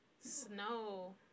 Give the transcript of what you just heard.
Snow